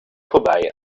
vorbei